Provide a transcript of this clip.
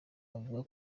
avuga